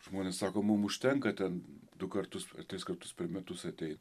žmonės sako mum užtenka ten du kartus tris kartus per metus ateit